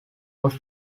was